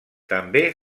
també